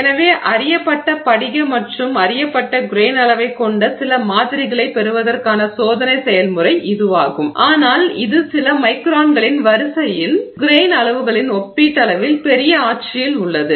எனவே அறியப்பட்ட படிக மற்றும் அறியப்பட்ட கிரெய்ன் அளவைக் கொண்ட சில மாதிரிகளைப் பெறுவதற்கான சோதனை செயல்முறை இதுவாகும் ஆனால் இது சில மைக்ரான்களின் வரிசையின் கிரெய்ன் அளவுகளின் ஒப்பீட்டளவில் பெரிய ஆட்சியில் உள்ளது